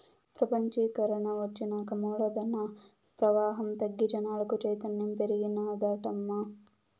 పెపంచీకరన ఒచ్చినాక మూలధన ప్రవాహం తగ్గి జనాలకు చైతన్యం పెరిగినాదటమ్మా